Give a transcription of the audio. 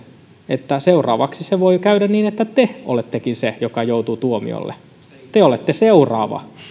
että seuraavaksi voi käydä niin että te olettekin se joka joutuu tuomiolle että te olette seuraava